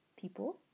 people